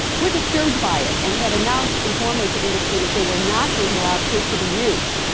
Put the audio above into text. were disturbed by it and had announced informally to industry that they were not going to allow tris to be used.